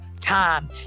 time